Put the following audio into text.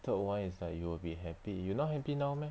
third [one] is like you'll be happy you not happy now meh